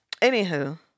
anywho